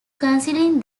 considering